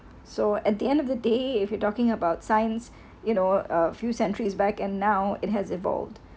so at the end of the day if you're talking about science you know a few centuries back and now it has evolved